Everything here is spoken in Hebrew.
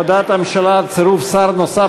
הודעת הממשלה על צירוף שר נוסף